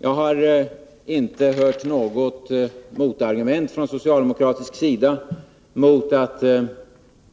Jag har från socialdemokratiskt håll inte hört något motargument